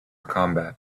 combat